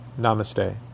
Namaste